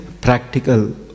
practical